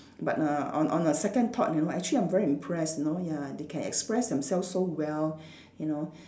but uh on on the second thought you know I'm actually very impressed you know ya they can express themselves so well you know